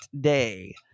day